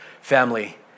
Family